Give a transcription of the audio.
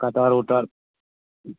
cutter Otter